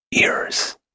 ears